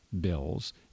bills